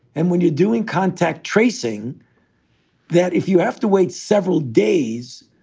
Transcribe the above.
and when you're doing contact tracing that, if you have to wait several days,